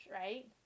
right